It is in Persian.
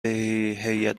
هیات